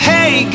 Hey